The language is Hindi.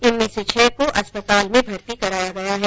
इनमें से छः को अस्पताल में भर्ती कराया गया है